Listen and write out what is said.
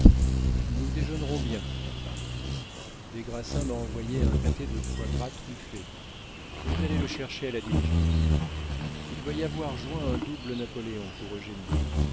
nous déjeunerons bien ma femme des grassins m'a envoyé un pâté de foies gras truffés je vais aller le chercher à la diligence il doit y avoir joint un double napoléon pour eugénie